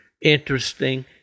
interesting